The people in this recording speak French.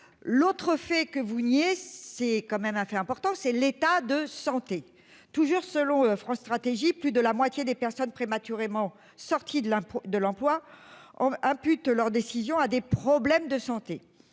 L'autre fait que vous veniez c'est quand même assez important, c'est l'état de santé. Toujours selon France Stratégie. Plus de la moitié des personnes prématurément sorties de la, de l'emploi on impute leur décision à des problèmes de santé.